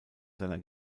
seiner